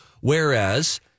Whereas